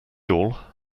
all